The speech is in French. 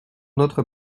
notre